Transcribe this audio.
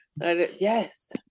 Yes